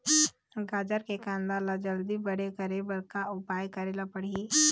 गाजर के कांदा ला जल्दी बड़े करे बर का उपाय करेला पढ़िही?